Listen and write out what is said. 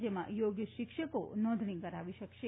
જેમાં યોગ શિક્ષકો નોંધણી કરાવી શકાશે